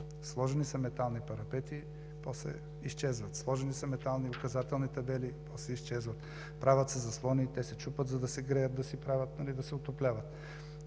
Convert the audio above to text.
Сложени са метални парапети, после изчезват. Сложени са метални указателни табели, после изчезват. Правят се заслони и те се чупят, за да се греят и да се отопляват.